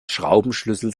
schraubenschlüssel